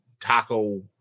Taco